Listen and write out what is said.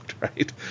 Right